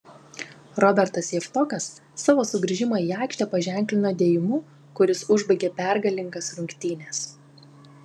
robertas javtokas savo sugrįžimą į aikštę paženklino dėjimu kuris užbaigė pergalingas rungtynes